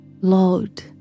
Lord